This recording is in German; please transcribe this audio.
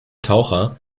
taucher